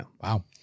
wow